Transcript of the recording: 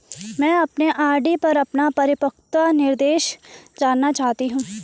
मैं अपने आर.डी पर अपना परिपक्वता निर्देश जानना चाहती हूँ